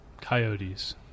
Coyotes